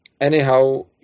anyhow